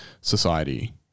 society